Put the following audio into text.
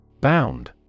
Bound